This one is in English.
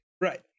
Right